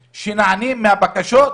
וואלה, אני חדש, אני יודע להגיד צביקה, מלכיאלי.